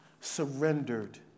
surrendered